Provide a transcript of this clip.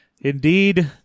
indeed